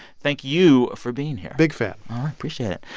thank you for being here big fan appreciate it.